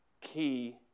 key